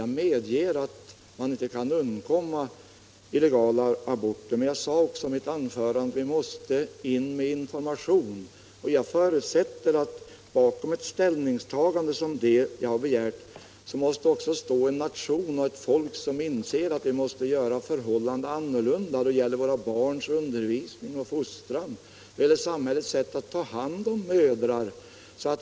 Jag medger att man inte kan undkomma illegala aborter, men jag sade också i mitt förra anförande att vi måste in med information. Jag förutsätter att bakom ett ställningstagande som det jag har begärt måste också stå ett folk som inser att vi måste göra förhållandena annorlunda då det gäller våra barns undervisning och fostran och samhällets sätt att ta hand om mödrar.